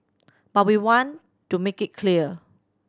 but we want to make it clear